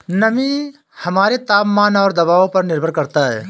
नमी हमारे तापमान और दबाव पर निर्भर करता है